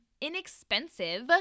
inexpensive